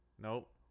Nope